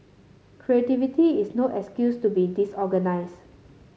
creativity is no excuse to be disorganised